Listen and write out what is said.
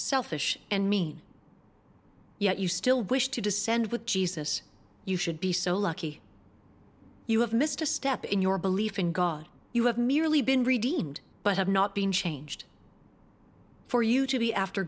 selfish and mean yet you still wish to descend with jesus you should be so lucky you have missed a step in your belief in god you have merely been redeemed but have not been changed for you to be after